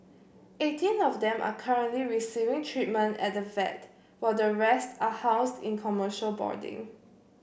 eighteen of them are currently receiving treatment at the vet while the rest are housed in commercial boarding